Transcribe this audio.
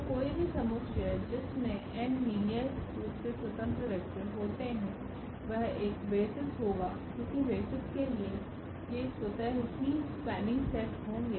तो कोई भी समुच्चय जिसमे n लीनियर रूप से स्वतंत्र वेक्टर होते हैं वह एक बेसिस होगा क्योंकि बेसिस के लिए ये स्वतः ही स्पान्निंग सेट होंगे